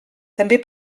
també